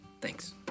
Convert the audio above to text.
Thanks